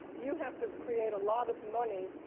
you have to create a lot of money,